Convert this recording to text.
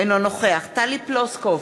אינו נוכח טלי פלוסקוב,